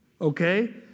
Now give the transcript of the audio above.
okay